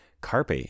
Carpe